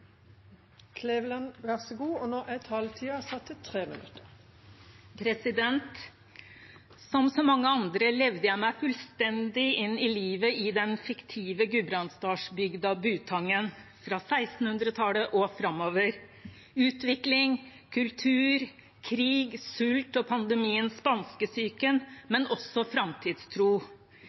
minutter. Som så mange andre levde jeg meg fullstendig inn i livet i den fiktive gudbrandsdalsbygda Butangen fra 1600-tallet og framover – utvikling, kultur, krig, sult og pandemien spanskesyken, men også framtidstro.